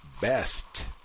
best